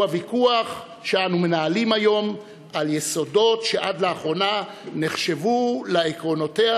הוא הוויכוח שאנו מנהלים היום על יסודות שעד לאחרונה נחשבו לעקרונותיה,